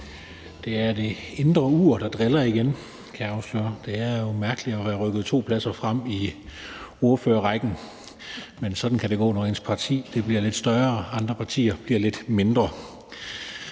Kl. 13:58 (Ordfører) Steffen Larsen (LA): Det er jo mærkeligt at være rykket to pladser frem i ordførerrækken. Men sådan kan det gå, når ens parti bliver lidt større og andre partier bliver lidt mindre.